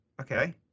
okay